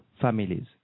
families